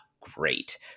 great